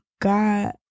God